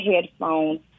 headphones